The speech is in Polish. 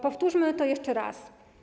Powtórzmy to jeszcze raz.